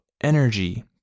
energy